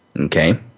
Okay